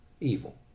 Evil